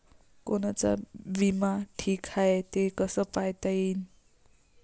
कोनचा बिमा ठीक हाय, हे कस पायता येईन?